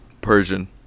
Persian